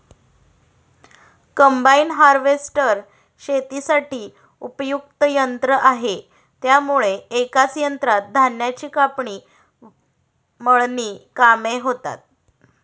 combine harvester शेतीसाठी उपयुक्त यंत्र आहे त्यामुळे एकाच यंत्रात धान्याची कापणी, मळणी कामे होतात